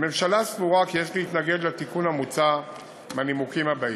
הממשלה סבורה כי יש להתנגד לתיקון המוצע מהנימוקים הבאים: